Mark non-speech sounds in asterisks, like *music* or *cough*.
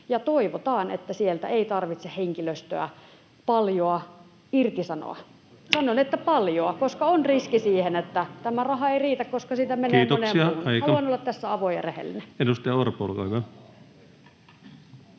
ja toivotaan, että sieltä ei tarvitse henkilöstöä paljoa irtisanoa. *noise* Sanon, että paljoa, koska on riski siihen, että tämä raha ei riitä, koska sitä menee moneen muuhun. [Välihuutoja perussuomalaisten